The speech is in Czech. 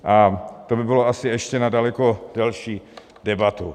A to by bylo asi ještě na daleko delší debatu.